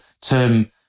term